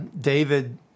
David